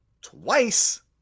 twice